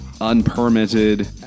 unpermitted